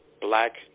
black